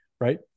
right